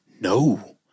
No